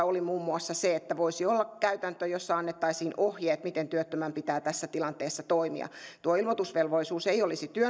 oli muun muassa se että voisi olla käytäntö jossa annettaisiin ohjeet miten työttömän pitää tässä tilanteessa toimia tuo ilmoitusvelvollisuus ei olisi työnantajalla niin